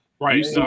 Right